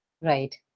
Right